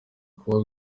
kuba